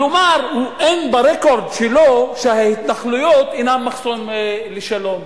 כלומר אין ברקורד שלו שההתנחלויות אינן מחסום לשלום.